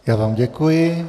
Já vám děkuji.